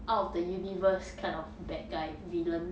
out of the universe kind of bad guy villain